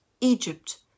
Egypt